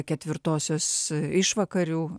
ketvirtosios išvakarių